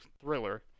thriller